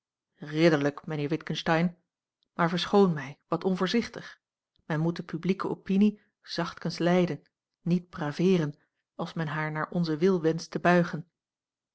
ridderlijk mijnheer witgensteyn maar verschoon mij wat onvoorzichtig men moet de publieke opinie a l g bosboom-toussaint langs een omweg zachtkens leiden niet braveeren als men haar naar onzen wil wenscht te buigen